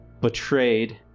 betrayed